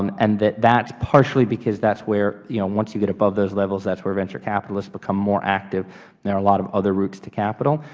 um and that that's partially because that's where, you know, once you get above those levels, that's where venture capitalists become more active and there are a lot of other routes to capital.